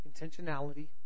Intentionality